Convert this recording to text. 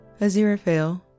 Aziraphale